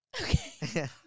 Okay